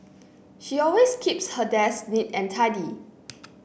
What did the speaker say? she always keeps her desk neat and tidy